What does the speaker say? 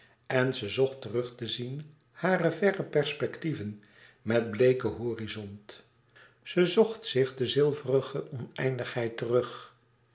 en ze zocht terug te zien hare verre perspectieven met bleeken horizont ze zocht zich de zilverige oneindigheid terug